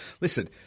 Listen